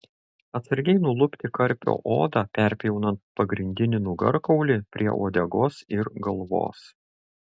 atsargiai nulupti karpio odą perpjaunant pagrindinį nugarkaulį prie uodegos ir galvos